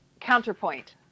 counterpoint